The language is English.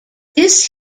this